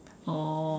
oh